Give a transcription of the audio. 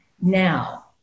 now